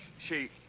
she.